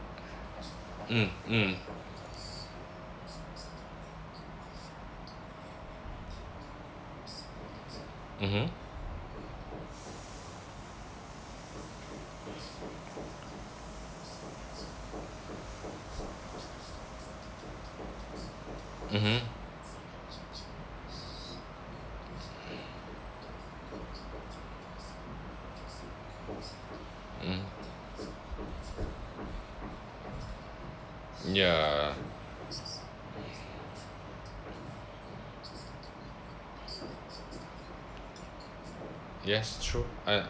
mm mm mmhmm mmhmm mm ya yes true uh